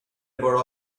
about